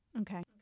Okay